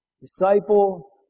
disciple